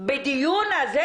בדיון הזה,